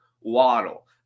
Waddle